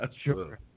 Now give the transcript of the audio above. Sure